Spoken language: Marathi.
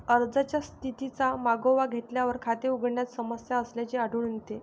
अर्जाच्या स्थितीचा मागोवा घेतल्यावर, खाते उघडण्यात समस्या असल्याचे आढळून येते